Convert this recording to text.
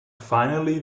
finally